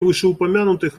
вышеупомянутых